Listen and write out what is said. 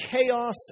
chaos